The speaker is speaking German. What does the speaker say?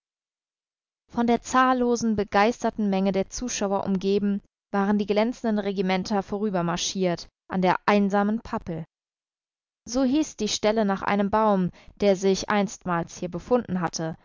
von der zahllosen begeisterten menge der zuschauer umgeben waren die glänzenden regimenter vorübermarschiert an der einsamen pappel so hieß die stelle nach einem baum der sich einstmals hier befunden hatte